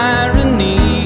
irony